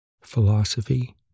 philosophy